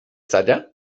saja